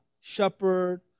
shepherd